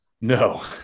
No